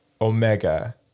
omega